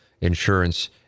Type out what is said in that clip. insurance